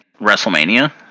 WrestleMania